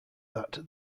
that